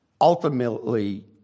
ultimately